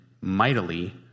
mightily